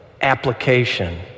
application